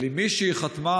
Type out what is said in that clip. אבל אם מישהי חתמה